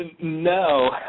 No